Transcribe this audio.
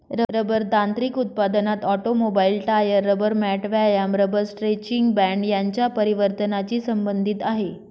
rubber तांत्रिक उत्पादनात automobile, tyre, rubber mat, व्यायाम रबर स्ट्रेचिंग बँड यांच्या परिवर्तनाची संबंधित आहे